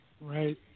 right